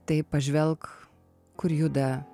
tai pažvelk kur juda